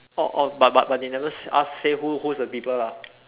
orh orh but but but they never ask say who who's the people lah